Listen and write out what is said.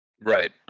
right